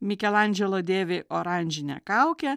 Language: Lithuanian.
mikelandželo dėvi oranžinę kaukę